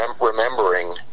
remembering